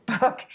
book